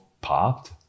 popped